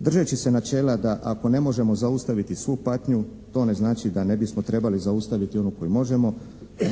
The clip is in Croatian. Držeći se načela da ako ne možemo zaustaviti svu patnju to ne znači da ne bismo trebali zaustaviti onu koju možemo.